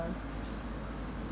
us